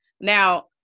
now